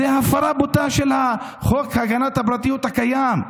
זאת הפרה בוטה של חוק הגנת הפרטיות הקיים,